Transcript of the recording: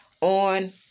on